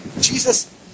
Jesus